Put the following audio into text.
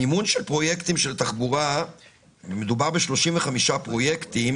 מימון של פרויקטים של תחבורה - מדובר ב-35 פרויקטים